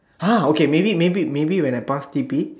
!huh! okay maybe maybe maybe when I pass T_P